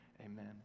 Amen